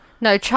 No